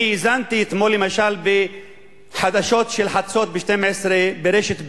אני האזנתי אתמול למשל לחדשות חצות ברשת ב'